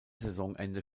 saisonende